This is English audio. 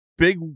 big